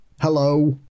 hello